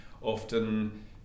often